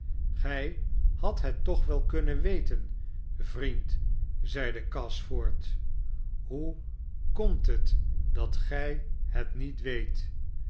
gij hadt het toch wel kunnen weten vriend zeide gashford hoe komt het dat gij het niet weet